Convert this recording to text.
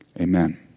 Amen